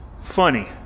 Funny